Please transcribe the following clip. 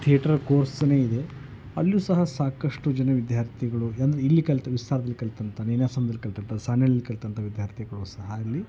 theatre ಕೋರ್ಸೇ ಇದೆ ಅಲ್ಲೂ ಸಹ ಸಾಕಷ್ಟು ಜನ ವಿದ್ಯಾರ್ಥಿಗಳು ಅಂದ್ರೆ ಇಲ್ಲಿ ಕಲಿತ ವಿಸ್ತಾರ್ದಲ್ಲಿ ಕಲಿತಂಥ ನೀನಾಸಂದಲ್ಲಿ ಕಲಿತಂಥ ಸಾಣೆ ಹಳ್ಳಿಲ್ ಕಲಿತಂಥ ವಿದ್ಯಾರ್ಥಿಗಳು ಸಹ ಅಲ್ಲಿ